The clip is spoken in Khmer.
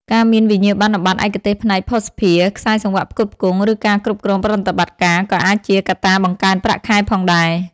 ការមានវិញ្ញាបនបត្រឯកទេសផ្នែកភស្តុភារ ខ្សែសង្វាក់ផ្គត់ផ្គង់ ឬការគ្រប់គ្រងប្រតិបត្តិការ ក៏អាចជាកត្តាបង្កើនប្រាក់ខែផងដែរ។